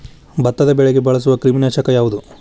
ಭತ್ತದ ಬೆಳೆಗೆ ಬಳಸುವ ಕ್ರಿಮಿ ನಾಶಕ ಯಾವುದು?